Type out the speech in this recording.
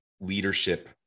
leadership